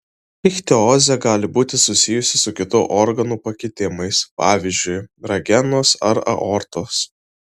ichtiozė gali būti susijusi su kitų organų pakitimais pavyzdžiui ragenos ar aortos